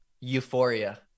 Euphoria